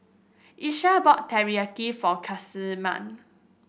Leshia bought Teriyaki for Casimir